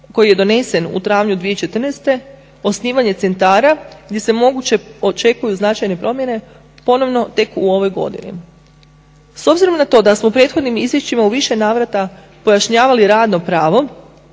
koji je donesen u travnju 2014. osnivanje centara gdje se moguće očekuju značajne promjene ponovno tek u ovoj godini. S obzirom na to da smo u prethodnim izvješćima u više navrata pojašnjavali radno pravo